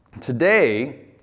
Today